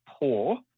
poor